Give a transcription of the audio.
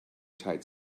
tight